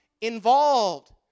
involved